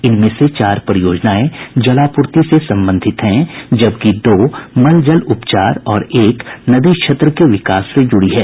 इनमें से चार परियोजनाएं जलापूर्ति से संबंधित हैं जबकि दो मलजल उपचार और एक नदी क्षेत्र के विकास से जुड़ी है